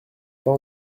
pas